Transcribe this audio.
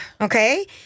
Okay